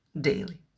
daily